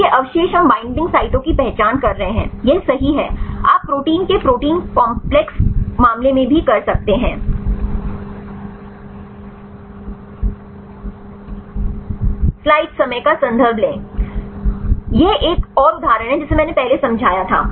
तो ये अवशेष हम बैंडिंग साइटों की Thisयह एक और उदाहरण है जिसे मैंने पहले समझाया था